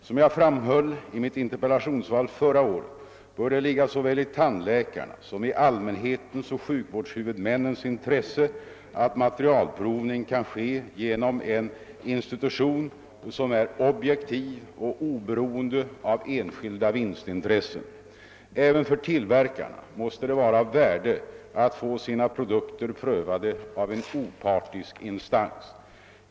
Som jag framhöll i mitt interpellationssvar förra året bör det ligga såväl i tandläkarnas som i allmänhetens och sjukvårdshuvudmännens intresse att materialprovningen kan ske genom en institution som är objektiv och oberoende av enskilda vinstintressen. Även för tillverkarna måste det vara av värde att få sina produkter prövade av en opartisk instans.